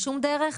בשום דרך?